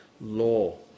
law